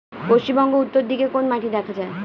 পশ্চিমবঙ্গ উত্তর দিকে কোন মাটি দেখা যায়?